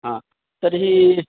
ह तर्हि